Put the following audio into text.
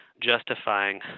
justifying